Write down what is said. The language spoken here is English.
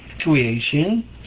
creation